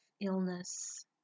illness